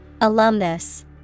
Alumnus